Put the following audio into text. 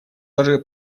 даже